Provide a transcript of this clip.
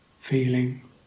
feeling